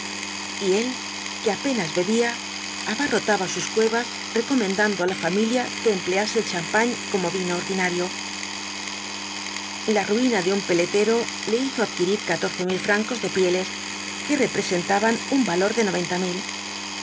y él que apenas bebía abarrotaba sus cuevas recomendando á la familia que emplease el champan como vino ordinario la ruina de un peletero le hizo adquirir catorce mil francos de pieles que representaban un valor de noventa mil